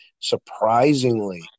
Surprisingly